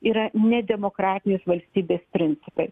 yra nedemokratinės valstybės principai